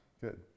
Good